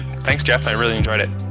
thanks, jeff. i really enjoyed it.